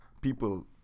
people